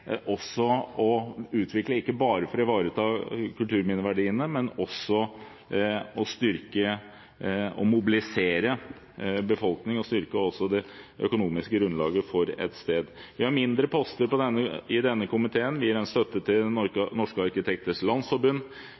ikke bare for å ivareta kulturminneverdiene, men også for å styrke og mobilisere befolkningen og også styrke det økonomiske grunnlaget for et sted. Vi har mindre poster i denne komiteen. Vi gir støtte til Norske arkitekters landsforbund,